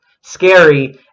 scary